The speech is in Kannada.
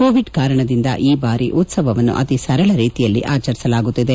ಕೋವಿಡ್ ಕಾರಣದಿಂದ ಈ ಬಾರಿ ಉತ್ಸವವನ್ನು ಅತಿ ಸರಳ ರೀತಿಯಲ್ಲಿ ಆಚರಿಸಲಾಗುತ್ತಿದೆ